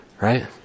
right